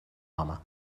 home